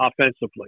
offensively